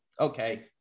okay